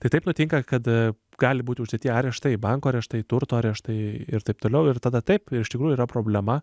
tai taip nutinka kad gali būt uždėti areštai banko areštai turto areštai ir taip toliau ir tada taip iš tikrųjų yra problema